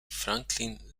franklin